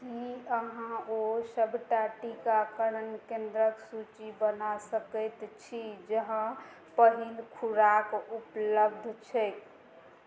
की अहाँ ओ सबटा टीकाकरण केन्द्रक सूची बना सकैत छी जहाँ पहिल खुराक उपलब्ध छैक